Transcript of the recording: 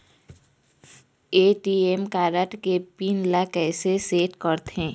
ATM card के pin ला कैसे सेट करथे?